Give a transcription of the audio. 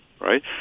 right